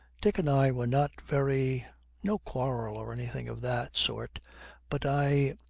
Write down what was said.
dick and i were not very no quarrel or anything of that sort but i,